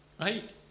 right